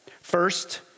First